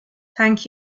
thank